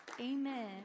Amen